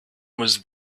was